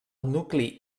nucli